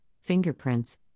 fingerprints